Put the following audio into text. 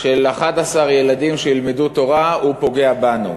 של 11 ילדים שילמדו תורה, הוא פוגע בנו,